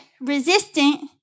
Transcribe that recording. resistant